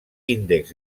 índexs